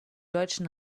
deutschen